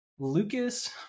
Lucas